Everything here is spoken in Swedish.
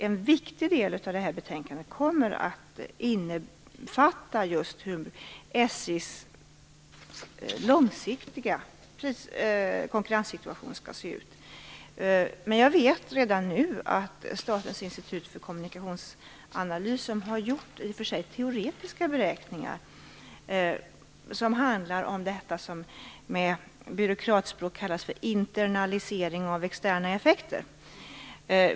En viktig del av detta betänkande kommer att innefatta hur SJ:s långsiktiga konkurrenssituation skall se ut. Jag vet redan nu att Statens institut för kommunikationsanalys har gjort teoretiska beräkningar som handlar om det som på byråkratspråk kallas för internalisering av externa effekter.